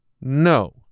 no